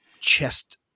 chest